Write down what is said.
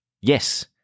Yes